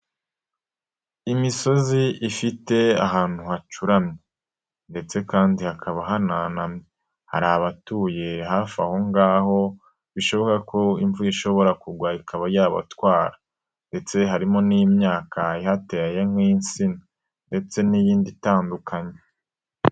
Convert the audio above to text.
Imisozi ifite ahantu hacuramye ndetse kandi hakaba hananamye. Hari abatuye hafi aho ngaho, bishoboka ko imvura ishobora kugwa ikaba yabatwara ndetse harimo n'imyaka ihateye nk'insina ndetse n'iyindi itandukanye.